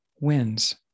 wins